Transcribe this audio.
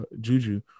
Juju